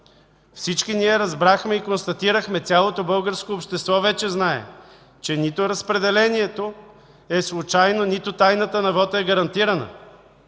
Всички ние разбрахме и констатирахме, цялото българско общество вече знае, че нито разпределението е случайно, нито тайната на вота е гарантирана.